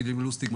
גילי לוסטיג,